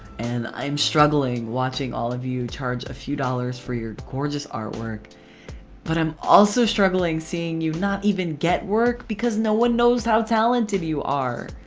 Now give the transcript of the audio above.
and i'm struggling watching all of you charge a few dollars for your gorgeous artwork but i'm also struggling seeing you not even get work because no one knows how talented you are!